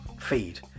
feed